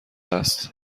است